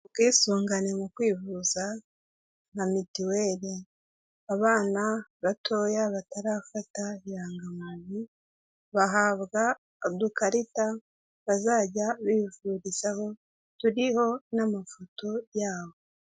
Ubwisungane mu kwivuza nka mituweli abana batoya batarafata irangagamuntu bahabwa udukarita bazajya bivurizaho turiho n'amafoto yabo.